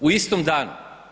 U istom danu.